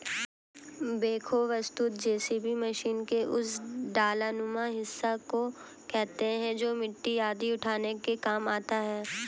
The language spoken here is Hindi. बेक्हो वस्तुतः जेसीबी मशीन के उस डालानुमा हिस्सा को कहते हैं जो मिट्टी आदि उठाने के काम आता है